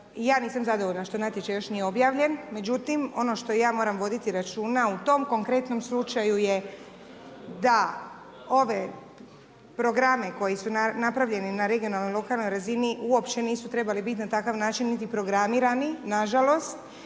ja nisam zadovoljna što natječaj još nije objavljen, međutim, ono što ja moram voditi računa u tom konkretnom slučaju je da ove programe koji su napravljeni na regionalnoj i lokalnoj razini uopće nisu trebali biti na takav način niti programirani, nažalost,